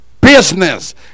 business